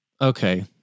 okay